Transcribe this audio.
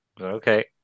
okay